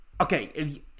Okay